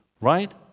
Right